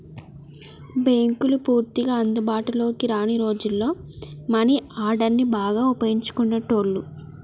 బ్యేంకులు పూర్తిగా అందుబాటులోకి రాని రోజుల్లో మనీ ఆర్డర్ని బాగా వుపయోగించేటోళ్ళు